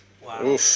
Wow